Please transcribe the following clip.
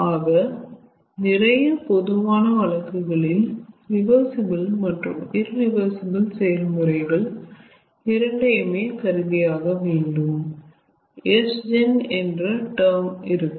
ஆக நிறைய பொதுவான வழக்குகளில் ரிவர்சிபிள் மற்றும் இரிவர்சிபிள் செயல்முறைகள் இரண்டையுமே கருதியாக வேண்டும் Sgen என்ற டேர்ம் இருக்கும்